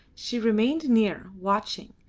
she remained near, watching.